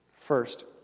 First